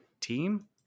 team